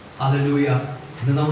Hallelujah